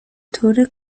طور